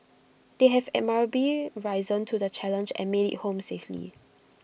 they have admirably risen to the challenge and made IT home safely